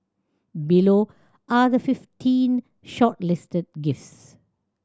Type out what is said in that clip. below are the fifteen shortlisted gifts